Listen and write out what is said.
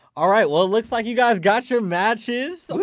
alright, well it looks like you guys got your matches